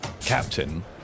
Captain